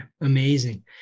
amazing